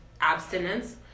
abstinence